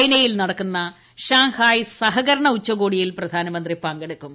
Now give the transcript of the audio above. ചൈനയിൽ നടക്കുന്ന ഷാങ്ഹായ് സഹകരണ ഉച്ചകോടിയിൽ പ്രധാനമന്ത്രി പങ്കെടുക്കും